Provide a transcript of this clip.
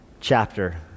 chapter